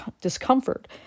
discomfort